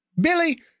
Billy